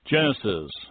Genesis